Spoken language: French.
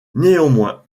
néanmoins